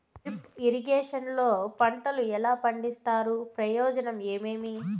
Drip irrigation లో పంటలు ఎలా పండిస్తారు ప్రయోజనం ఏమేమి?